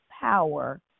power